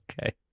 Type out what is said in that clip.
Okay